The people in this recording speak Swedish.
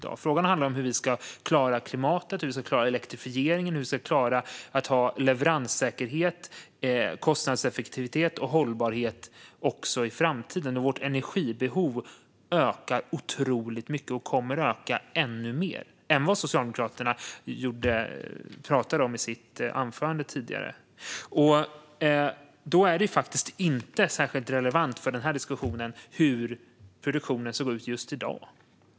Den handlade om hur vi ska klara klimatet och elektrifieringen och ha leveranssäkerhet, kostnadseffektivitet och hållbarhet också i framtiden. Vårt energibehov ökar otroligt mycket och kommer att öka ännu mer än vad Patrik Engström tog upp i sitt huvudanförande. Det är inte särskilt relevant för diskussionen hur produktionen såg ut just i dag.